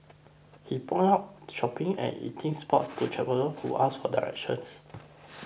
he points out shopping and eating spots to traveller who ask for directions